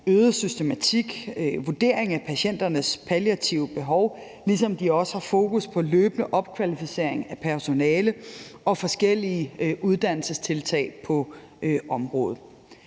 øget systematik og en vurdering af patienternes palliative behov, ligesom de også har fokus på løbende opkvalificering af personale og forskellige uddannelsestiltag på området.